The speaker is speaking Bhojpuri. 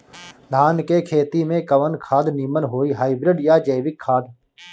धान के खेती में कवन खाद नीमन होई हाइब्रिड या जैविक खाद?